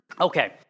Okay